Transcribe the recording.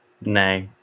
No